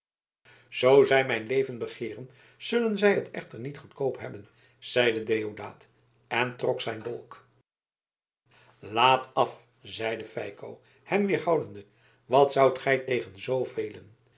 zoo zij mijn leven begeeren zullen zij het echter niet goedkoop hebben zeide deodaat en trok zijn dolk laat af zeide feiko hem weerhoudende wat zoudt gij tegen zoovelen